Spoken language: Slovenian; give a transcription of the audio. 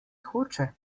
hoče